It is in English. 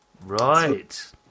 Right